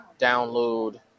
download